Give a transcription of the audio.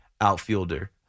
outfielder